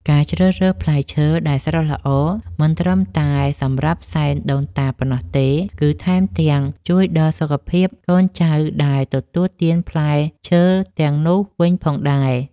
ការជ្រើសរើសផ្លែឈើដែលស្រស់ល្អមិនត្រឹមតែសម្រាប់សែនដូនតាប៉ុណ្ណោះទេគឺថែមទាំងជួយដល់សុខភាពកូនចៅដែលទទួលទានផ្លែឈើទាំងនោះវិញផងដែរ។